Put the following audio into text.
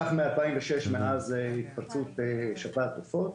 כך מ-2006 מאז התפרצות שפעת העופות.